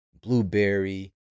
blueberry